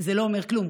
זה לא אומר כלום.